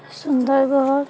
Sundargarh